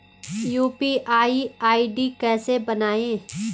UPI ID कैसे बनायें?